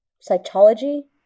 psychology